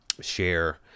share